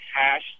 hash